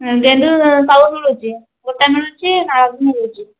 ଗେଣ୍ଡୁ ମିଳୁଛି ଗୋଟା ମିଳୁଛି ମାଳ ବି ମିଳୁଛି